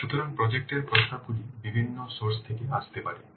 সুতরাং প্রজেক্ট এর প্রস্তাবগুলি বিভিন্ন উৎস থেকে আসতে পারে